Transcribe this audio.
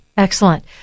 Excellent